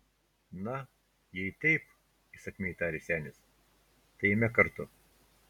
na jei taip įsakmiai tarė senis tai eime kartu